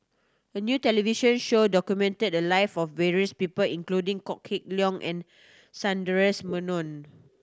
a new television show documented the live of various people including Kok Heng Leun and Sundaresh Menon